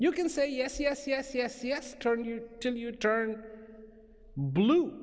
you can say yes yes yes yes yes turn your till you turn blue